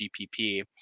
GPP